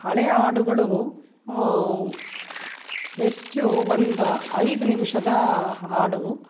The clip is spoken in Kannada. ಹಳೆಯ ಹಾಡುಗಳು ಹೆಚ್ಚು ಒಂದು ಐದು ನಿಮಿಷದ ಹಾಡು